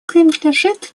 принадлежит